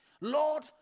Lord